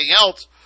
else